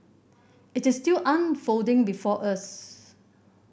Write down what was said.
it is still unfolding before us